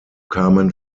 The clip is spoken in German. kamen